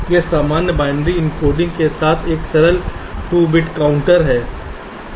यह सामान्य binary encoding के साथ एक सरल 2 बिट काउंटर है